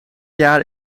jaar